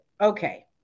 okay